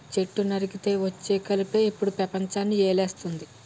చెట్టు నరికితే వచ్చే కలపే ఇప్పుడు పెపంచాన్ని ఏలేస్తంది